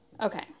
Okay